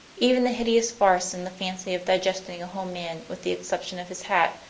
even the hideous farce in the fancy of digesting a whole man with the exception of his hat,